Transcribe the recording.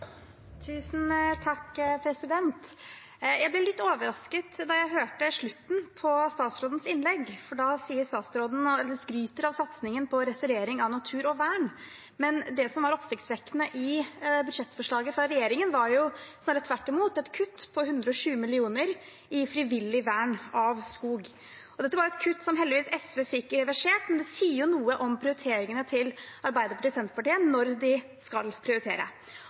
jeg hørte slutten av statsrådens innlegg, for der skryter statsråden av satsingen på restaurering av natur og vern. Men det som var oppsiktsvekkende i budsjettforslaget fra regjeringen, var snarere tvert imot et kutt på 120 mill. kr i frivillig vern av skog. Dette var et kutt som SV heldigvis fikk reversert, men det sier jo noe om prioriteringene til Arbeiderpartiet og Senterpartiet.